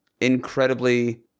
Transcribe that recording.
incredibly